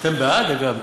אתם בעד?